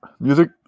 Music